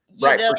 Right